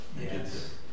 Yes